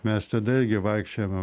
mes tada irgi vaikščiojom